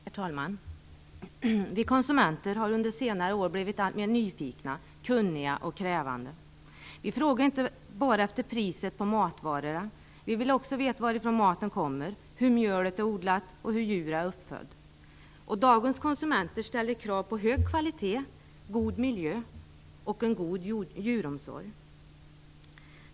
Herr talman! Vi konsumenter har under senare år blivit alltmer nyfikna, kunniga och krävande. Vi frågar inte bara efter priset på matvarorna - vi vill också veta varifrån maten kommer, hur säden till mjölet är odlat och hur djuren är uppfödda. Dagens konsumenter ställer krav på hög kvalitet, god miljö och en god djuromsorg.